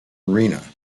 arena